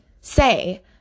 say